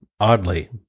oddly